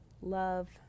love